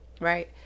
Right